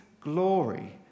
glory